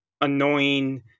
annoying